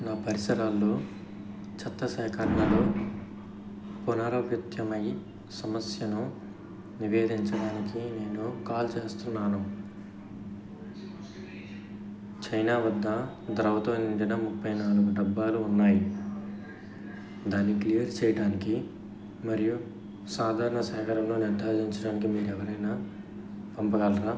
నా పరిసరాల్లో చెత్త సేకరుణలు పునరావృతమయ్యే సమస్యను నివేదించడానికి నేను కాల్ చేస్తున్నాను చైనా వద్ద ద్రవంతో నిండిన ముప్పై నాలుగు డబ్బాలు ఉన్నాయి దాన్ని క్లియర్ చెయ్యడానికి మరియు సాధారణ సేకరణను నిర్ధారించడానికి మీరు ఎవరినైనా పంపగలరా